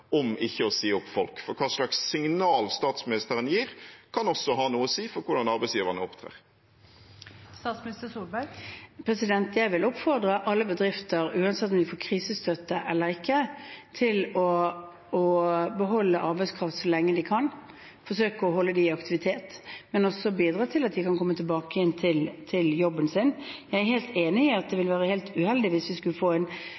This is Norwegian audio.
ikke å si opp folk. For hva slags signaler statsministeren gir, kan også ha noe si for hvordan arbeidsgiverne opptrer. Jeg vil oppfordre alle bedrifter, uansett om de får krisestøtte eller ikke, til å beholde arbeidskraften så lenge de kan, forsøke å holde dem i aktivitet, men også bidra til at de kan komme tilbake igjen til jobben sin. Jeg er helt enig i at det ville være uheldig hvis vi skulle få en